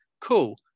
cool